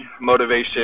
Motivation